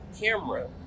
camera